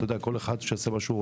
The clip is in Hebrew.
אתה-יודע, שכל אחד יעשה מה שהוא רוצה.